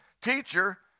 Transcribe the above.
teacher